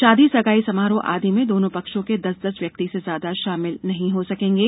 शादी और सगाई समारोह आदि में दोनों पक्षों के दस दस व्यक्ति से ज्यादा शामिल नहीं हो सकेंगे